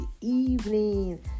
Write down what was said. evening